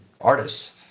artists